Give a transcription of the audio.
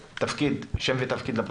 שם ותפקיד לפרוטוקול.